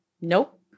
Nope